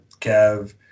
Kev